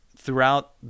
Throughout